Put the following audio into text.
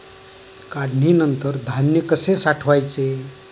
काढणीनंतर धान्य कसे साठवायचे?